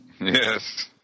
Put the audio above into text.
Yes